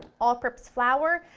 all purpose flour,